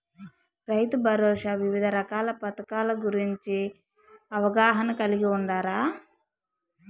రైతుభరోసా వివిధ పథకాల గురించి అవగాహన కలిగి వుండారా?